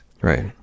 right